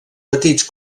petits